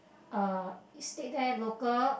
uh it state there local